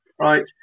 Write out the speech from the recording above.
right